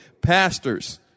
Pastors